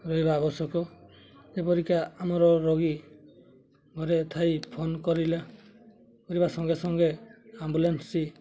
ରହିବା ଆବଶ୍ୟକ ଯେପରିକା ଆମର ରୋଗୀ ଘରେ ଥାଇ ଫୋନ୍ କରିଲା କରିବା ସଙ୍ଗେ ସଙ୍ଗେ ଆମ୍ବୁଲାନ୍ସଟି